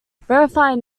verifying